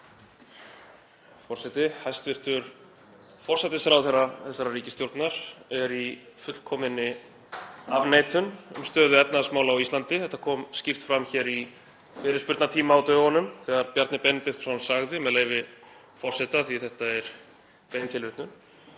Forseti. Hæstv. forsætisráðherra þessarar ríkisstjórnar er í fullkominni afneitun um stöðu efnahagsmála á Íslandi. Þetta kom skýrt fram í fyrirspurnatíma á dögunum þegar Bjarni Benediktsson sagði, með leyfi forseta, af því að þetta er bein tilvitnun,